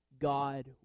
God